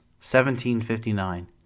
1759